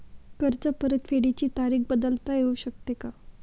कर्ज परतफेडीची तारीख बदलता येऊ शकते का?